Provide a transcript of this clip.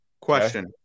Question